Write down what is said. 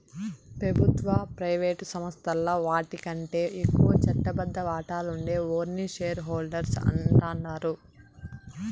పెబుత్వ, ప్రైవేటు సంస్థల్ల ఓటికంటే ఎక్కువ చట్టబద్ద వాటాలుండే ఓర్ని షేర్ హోల్డర్స్ అంటాండారు